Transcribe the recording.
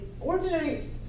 ordinary